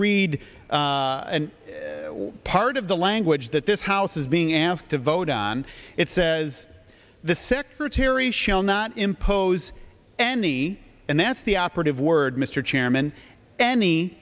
read part of the language that this house is being asked to vote on it says the secretary shall not impose any and that's the operative word mr chairman any